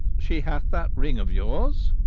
she hath that ring of yours.